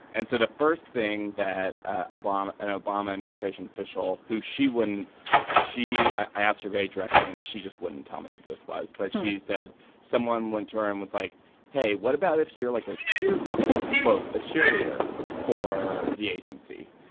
and so the first thing that a bomb an obama administration official who she when she i asked her very directly and she just wouldn't tell me this was but she said someone went to her and was like hey what about if you're like a cheerleader quote a cheerleader for the agency.